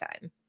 Time